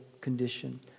condition